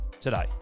today